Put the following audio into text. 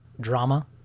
drama